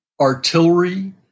Artillery